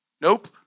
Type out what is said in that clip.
Nope